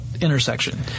intersection